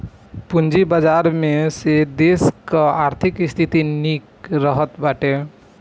पूंजी बाजार से देस कअ आर्थिक स्थिति निक रहत बाटे